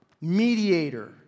mediator